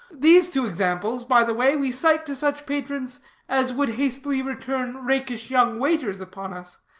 these two examples, by-the-way, we cite to such patrons as would hastily return rakish young waiters upon us.